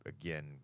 again